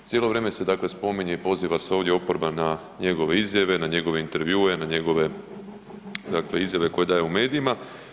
Cijelo vrijeme se dakle spominje i poziv se ovdje oporba na njegove izjave, na njegove intervjue, na njegove dakle izjave koje daje u medijima.